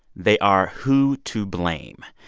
they are who to blame.